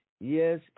Yes